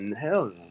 Hell